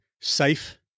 safe